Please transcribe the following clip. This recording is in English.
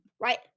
right